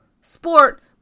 sport